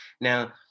Now